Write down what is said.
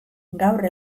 gaur